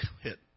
hit